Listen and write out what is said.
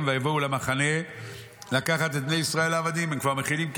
ויבואו אל המחנה לקחת את בני ישראל לעבדים" הם כבר מכינים כסף,